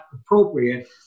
appropriate